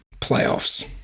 playoffs